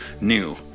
new